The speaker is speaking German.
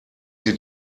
sie